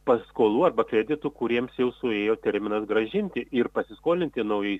paskolų arba kreditų kuriems jau suėjo terminas grąžinti ir pasiskolinti naujai